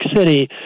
City